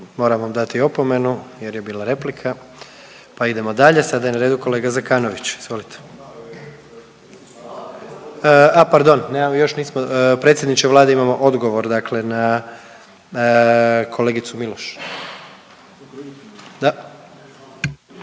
Moram vam dati opomenu jer je bila replika, pa idemo dalje. Sada je na redu kolega Zekanović, izvolite. …/Upadica iz klupe se ne razumije./… A pardon, još nismo, predsjedniče Vlade imamo odgovor dakle na kolegicu Miloš.